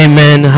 Amen